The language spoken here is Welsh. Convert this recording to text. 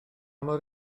mor